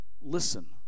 listen